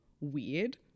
weird